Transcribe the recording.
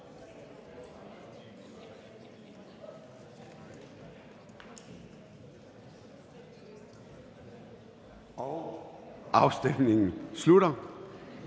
og afstemningen starter.